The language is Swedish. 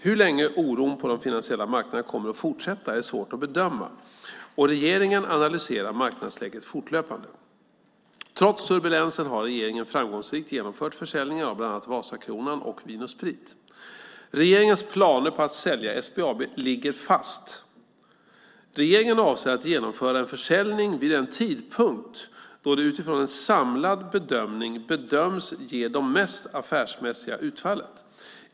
Hur länge oron på de finansiella marknaderna kommer att fortsätta är svårt att bedöma, och regeringen analyserar marknadsläget fortlöpande. Trots turbulensen har regeringen framgångsrikt genomfört försäljningar av bland annat Vasakronan och Vin & Sprit. Regeringens planer på att sälja SBAB ligger fast. Regeringen avser att genomföra en försäljning vid den tidpunkt då det utifrån en samlad bedömning bedöms ge det mest affärsmässiga utfallet.